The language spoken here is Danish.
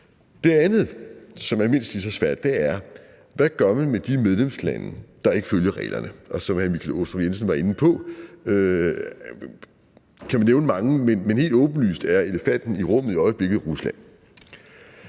Det andet, som er mindst lige så svært, er, hvad man gør med de medlemslande, der ikke følger reglerne, og som hr. Michael Aastrup Jensen var inde på, kan man nævne mange, men helt åbenlyst er elefanten i rummet i øjeblikket Rusland.